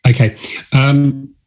Okay